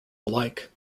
alike